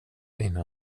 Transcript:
innan